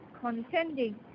contending